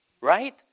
right